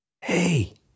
hey